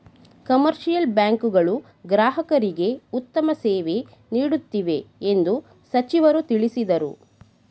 commercial bank ಗಳು ಗ್ರಾಹಕರಿಗೆ ಉತ್ತಮ ಸೇವೆ ನೀಡುತ್ತಿವೆ ಎಂದು ಸಚಿವರು ತಿಳಿಸಿದರು